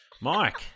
Mike